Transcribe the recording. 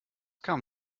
kamen